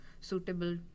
suitable